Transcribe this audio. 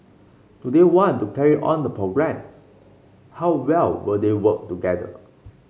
do they want to carry on the programmes how well will they work together